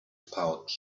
pouch